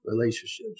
relationships